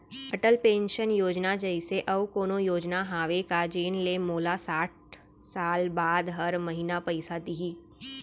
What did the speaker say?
Atal pension योजना जइसे अऊ कोनो योजना हावे का जेन ले मोला साठ साल बाद हर महीना पइसा दिही?